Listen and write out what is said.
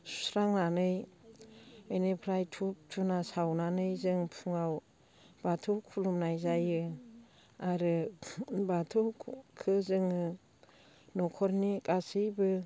सुस्रांनानै बेनिफ्राय धुप धुना सावनानै जों फुङाव बाथौ खुलुमनाय जायो आरो बाथौखो जोङो न'खरनि गासैबो